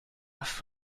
for